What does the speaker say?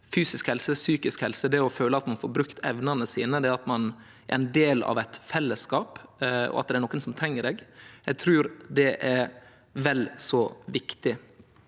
fysisk helse, psykisk helse, det å føle at ein får brukt evnene sine, det at ein er ein del av eit fellesskap, og at det nokon som treng deg. Eg trur det er vel så viktig.